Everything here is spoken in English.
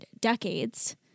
decades